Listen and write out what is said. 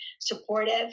supportive